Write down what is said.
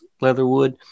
Leatherwood